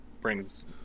brings